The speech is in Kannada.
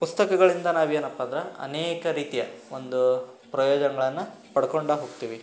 ಪುಸ್ತಕಗಳಿಂದ ನಾವೇನಪ್ಪ ಅಂದ್ರೆ ಅನೇಕ ರೀತಿಯ ಒಂದು ಪ್ರಯೋಜನಗಳನ್ನು ಪಡ್ಕೊಂಡೇ ಹೋಗ್ತೀವಿ